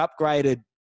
upgraded